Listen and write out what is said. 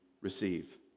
receive